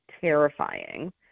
terrifying